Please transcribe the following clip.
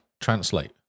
translate